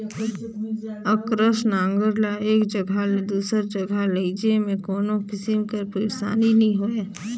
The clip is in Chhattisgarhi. अकरस नांगर ल एक जगहा ले दूसर जगहा लेइजे मे कोनो किसिम कर पइरसानी नी होए